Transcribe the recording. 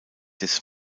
des